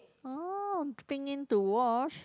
ah bring in to wash